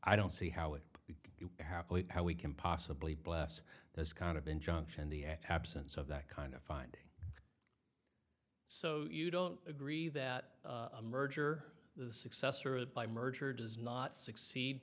i don't see how it be how we can possibly bless those kind of injunction the absence of that kind of finding so you don't agree that a merger the successor by merger does not succeed